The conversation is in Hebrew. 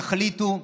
תחליטו: